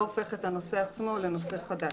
לא הופכת את הנושא עצמו לנושא חדש.